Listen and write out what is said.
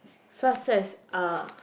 success ah